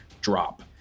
drop